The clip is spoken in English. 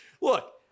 look